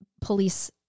police